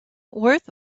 worth